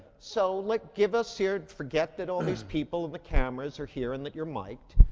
so like give us here. forget that all these people and the cameras are here and that you're mic'd,